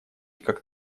как